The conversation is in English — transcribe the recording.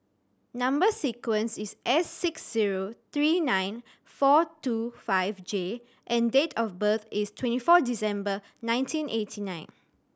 number sequence is S six zero three nine four two five J and date of birth is twenty four December nineteen eighty nine